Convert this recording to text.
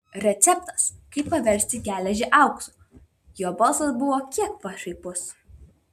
receptas kaip paversti geležį auksu jo balsas buvo kiek pašaipus